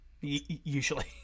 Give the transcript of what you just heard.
Usually